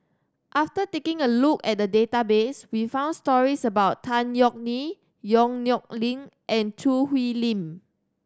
after taking a look at the database we found stories about Tan Yeok Nee Yong Nyuk Lin and Choo Hwee Lim